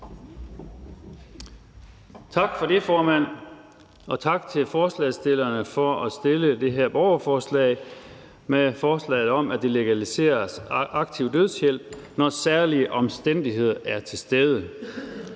Tak for det, formand, og tak til forslagsstillerne for at stille det her borgerforslag med forslaget om, at aktiv dødshjælp legaliseres, når særlige omstændigheder til stede.